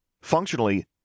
Functionally